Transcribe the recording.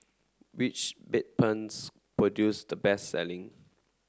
which Bedpans produce the best selling